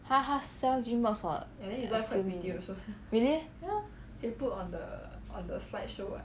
他他他 sell gymmboxx for really meh